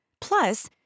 Plus